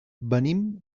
venim